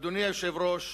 אדוני היושב-ראש,